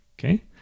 Okay